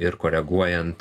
ir koreguojant